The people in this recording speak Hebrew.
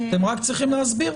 אתם רק צריכים להסביר.